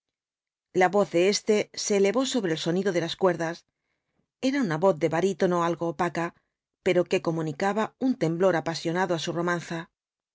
la voz de éste se elevó sobre el sonido de las cuerdas era una voz de barítono algo opaca pero que comunicaba un temblor apasionado á su romanza